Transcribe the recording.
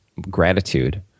gratitude